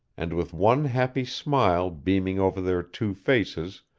and with one happy smile beaming over their two faces,